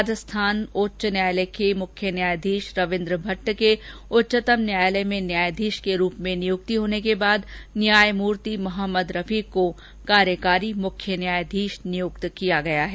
राजस्थान उच्च न्यायालय के मुख्य न्यायाधीश रविन्द्र भट्ट के उच्चतम न्यायालय में न्यायाधीश के रूप में नियुक्त होने के बाद न्यायमूर्ति मोहम्मद रफीक को कार्यकारी मुख्य न्यायाधीश नियुक्त किया गया है